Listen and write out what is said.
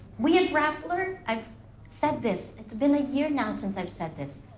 we at rappler, i've said this, it's been a year now since i've said this.